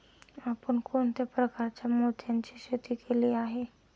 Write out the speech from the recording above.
आपण कोणत्या प्रकारच्या मोत्यांची शेती केली आहे?